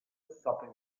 sopping